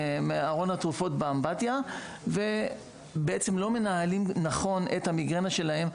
מארון התרופות באמבטיה ובעצם לא מנהלים נכון את המיגרנה שלהם,